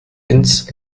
ins